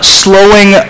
slowing